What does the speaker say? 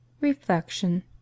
Reflection